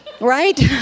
right